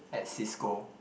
at Cisco